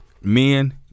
men